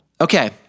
Okay